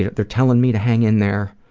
yeah they're telling me to hang in there.